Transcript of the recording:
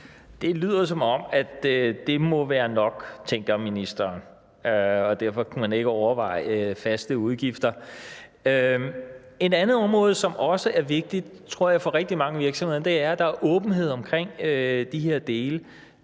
Det lyder, som om ministeren tænker, at det må være nok, og derfor kunne man ikke overveje det med faste udgifter. Et andet område, som også er vigtigt for rigtig mange virksomheder, tror jeg, er, at der er åbenhed omkring de her dele.